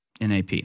NAP